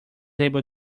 able